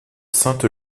sainte